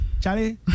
Charlie